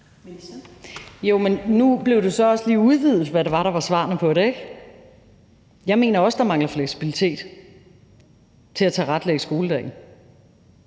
Jo, men nu blev det så også lige udvidet, hvad det var, der var svarene på det, ikke? Jeg mener også, der mangler fleksibilitet til at tilrettelægge skoledagen,